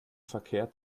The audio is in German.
verkehrt